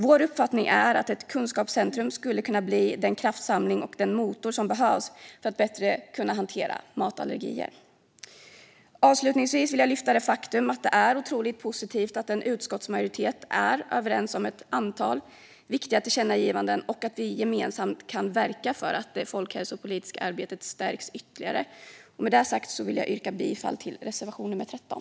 Vår uppfattning är att ett kunskapscentrum skulle kunna bli den kraftsamling och den motor som behövs för att bättre kunna hantera matallergier. Avslutningsvis vill jag framhålla det otroligt positiva i att en utskottsmajoritet är överens om ett antal viktiga tillkännagivanden och att vi gemensamt kan verka för att det folkhälsopolitiska arbetet stärks ytterligare. Med det sagt yrkar jag bifall till reservation nummer 13.